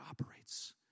operates